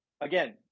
Again